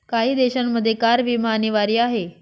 काही देशांमध्ये कार विमा अनिवार्य आहे